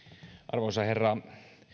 arvoisa herra